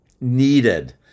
needed